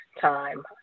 time